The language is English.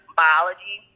biology